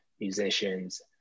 musicians